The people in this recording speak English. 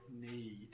need